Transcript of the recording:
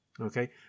Okay